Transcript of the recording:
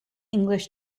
english